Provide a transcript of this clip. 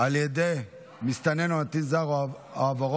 על ידי מסתנן או נתין זר או עבורו,